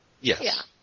Yes